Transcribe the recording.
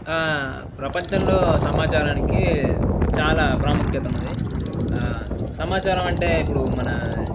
ప్రపంచంలో సమాచారానికి చాలా ప్రాముఖ్యత ఉన్నాది సమాచారం అంటే ఇప్పుడు మన